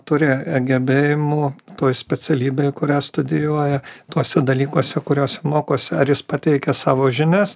turi gebėjimų toj specialybėj kurią studijuoja tuose dalykuose kuriuos mokosi ar jis pateikia savo žinias